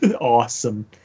awesome